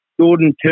Jordan